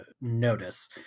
notice